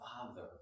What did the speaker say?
Father